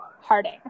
Harding